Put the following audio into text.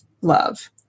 love